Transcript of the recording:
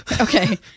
Okay